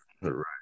Right